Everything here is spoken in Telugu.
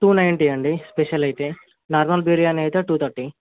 టూ నైంటీ అండి స్పెషల్ అయితే నార్మల్ బిర్యానీ అయితే టూ థర్టీ